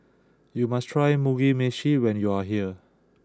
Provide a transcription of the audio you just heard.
you must try Mugi Meshi when you are here